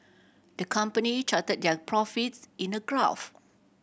the company charted their profits in a graph